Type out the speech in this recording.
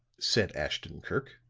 said ashton-kirk.